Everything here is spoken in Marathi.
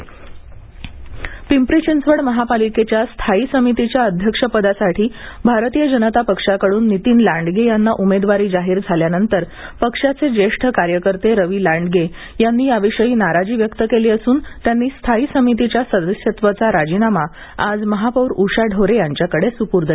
पिंपरी चिंचवड स्थायी समिती पिंपरी चिंचवड महापालिकेच्या स्थायी समितीच्या अध्यक्षपदासाठी भारतीय जनता पक्षाकडून नितीन लांडगे यांना उमेदवारी जाहीर झाल्यानंतर पक्षाचे ज्येष्ठ कार्यकर्ते रवि लांडगे यांनी या विषयी नाराजी व्यक्त केली असून त्यांनी स्थायी समिती सदस्यत्वाचा राजीनामा आज महापौर उषा ढोरे यांच्याकडे सुपूर्त केला